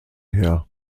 her